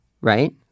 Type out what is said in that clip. right